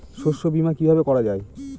শস্য বীমা কিভাবে করা যায়?